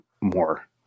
more